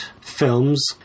films